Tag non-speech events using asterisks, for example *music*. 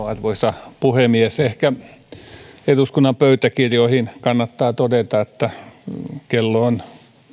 *unintelligible* arvoisa puhemies ehkä eduskunnan pöytäkirjoihin kannattaa todeta että kello on